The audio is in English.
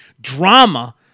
drama